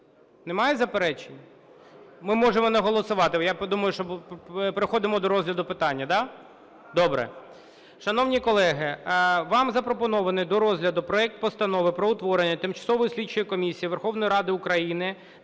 Немає заперечень? Ми можемо не голосувати, я думаю, що переходимо до розгляду питання. Да? Добре. Шановні колеги, вам запропонований до розгляду проект Постанови про утворення Тимчасової слідчої комісії Верховної Ради України